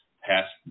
past